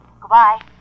Goodbye